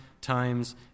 times